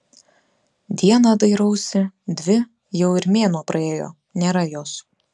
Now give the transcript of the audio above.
dieną dairausi dvi jau ir mėnuo praėjo nėra jos